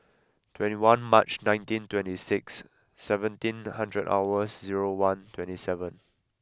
twenty one March nineteen twenty six seventeen hundred hours zero one twenty seven